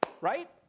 Right